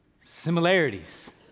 similarities